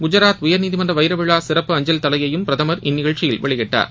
குஜராத் உயர்நீதிமன்ற வைரவிழா சிறப்பு அஞ்சல் தலையையும் பிரதமர் நிகழ்ச்சியில் இந்த வெளியிட்டார்